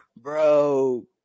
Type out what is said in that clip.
Bro